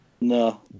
No